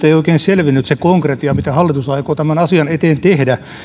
ei nyt oikein selvinnyt se konkretia mitä hallitus aikoo tämän asian eteen tehdä